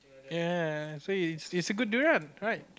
ya so it's it's a good durian right